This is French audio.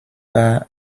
par